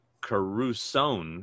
Caruso